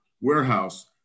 warehouse